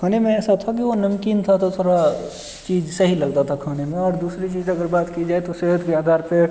खाने में ऐसा था कि वो नमकीन था तो थोड़ा चीज सही लगता था खाने में और दूसरी चीज अगर बात की जाए तो सेहत के आधार पे